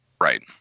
Right